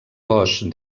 cos